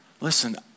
Listen